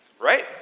right